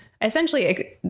essentially